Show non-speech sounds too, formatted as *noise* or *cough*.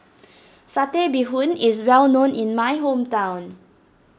*noise* Satay Bee Hoon is well known in my hometown